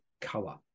color